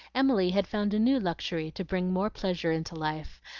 emily had found a new luxury to bring more pleasure into life,